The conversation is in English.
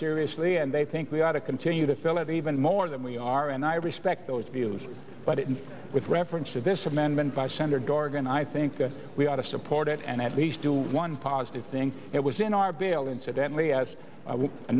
seriously and they think we ought to continue to philip even more than we are and i respect those views but it is with reference to this amendment by senator dorgan i think that we ought to support it and at least do one positive thing it was in our bail incidentally as a